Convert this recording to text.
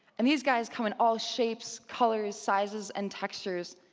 and these guys come in all shapes, colors, sizes, and textures,